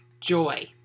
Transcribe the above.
Joy